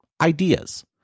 Ideas